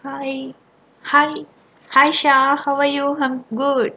hi hi hi shan how are you I'm good